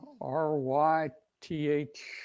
R-Y-T-H